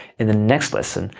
in the next lesson,